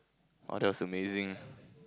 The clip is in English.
oh that was amazing